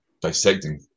Dissecting